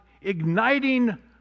igniting